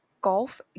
golf